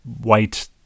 white